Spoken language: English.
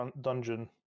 dungeon